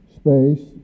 space